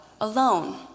alone